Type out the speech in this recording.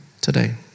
today